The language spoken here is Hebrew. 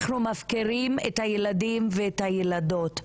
אנחנו מפקירים את הילדים והילדות,